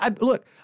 look